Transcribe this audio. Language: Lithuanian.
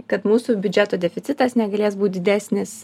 kad mūsų biudžeto deficitas negalės būt didesnis